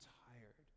tired